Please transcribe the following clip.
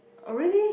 oh really